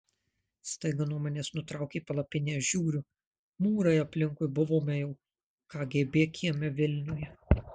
staiga nuo manęs nutraukė palapinę žiūriu mūrai aplinkui buvome jau kgb kieme vilniuje